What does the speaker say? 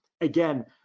Again